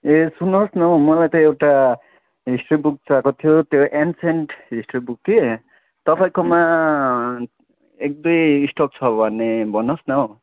ए सुन्नुहोस् न हौ मलाई त एउटा हिस्ट्री बुक चाहिएको थियो त्यो एन्सेन्ट हिस्ट्री बुक कि तपाईँकोमा एक दुई स्टक छ भने भन्नुहोस् न हौ